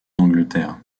angleterre